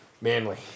Manly